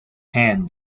hand